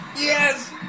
Yes